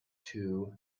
two